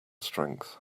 strength